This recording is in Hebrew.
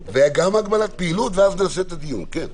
הגבלת פעילות, ונעשה את הדיון.